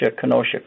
kenosha